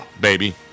baby